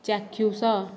ଚାକ୍ଷୁଷ